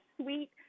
sweet